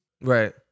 right